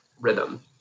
rhythm